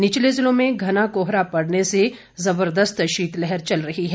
निचले जिलों में घना कोहरा पड़ने से जबरदस्त शीतलहर चल रही है